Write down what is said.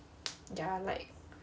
ya like